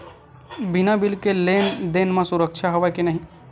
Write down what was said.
बिना बिल के लेन देन म सुरक्षा हवय के नहीं?